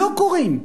לא קורים.